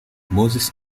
moses